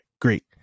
Great